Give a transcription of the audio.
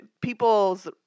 people's